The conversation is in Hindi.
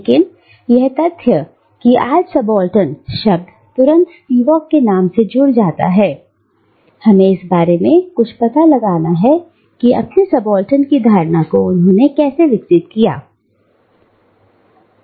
लेकिन यह तथ्य कि आज सबाल्टर्न शब्द तुरंत स्पिवाक के नाम से जुड़ जाता है हमें इस बात के बारे में कुछ पता लगाना है कि वह अपने सबाल्टर्न की धारणा को कैसे विस्तृत किया था